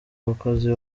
bakozi